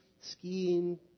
skiing